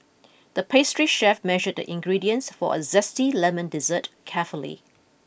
the pastry chef measured the ingredients for a zesty lemon dessert carefully